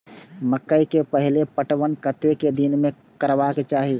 मकेय के पहिल पटवन कतेक दिन में करबाक चाही?